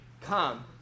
come